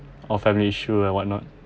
our family issue and whatnot